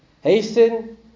Hasten